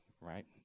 right